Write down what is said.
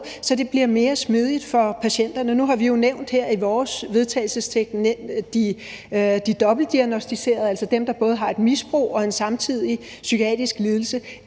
så det bliver mere smidigt for patienterne. Nu har vi jo i vores vedtagelsestekst nævnt de dobbeltdiagnoserede, altså dem, der både har et misbrug og en psykiatrisk lidelse.